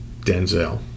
Denzel